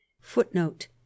footnote